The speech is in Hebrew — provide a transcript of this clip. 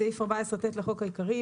בסעיף 14ט לחוק העיקרי,